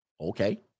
Okay